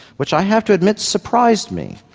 which i have to admit surprised me.